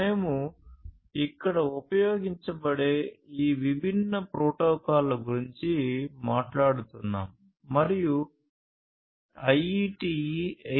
మేము ఇక్కడ ఉపయోగించబడే ఈ విభిన్న ప్రోటోకాల్ల గురించి మాట్లాడుతున్నాము మరియు IETE 802